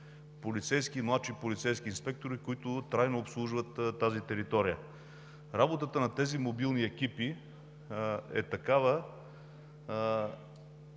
полицейски и младши полицейски инспектори, които трайно обслужват тази територия. Работата на тези мобилни екипи е да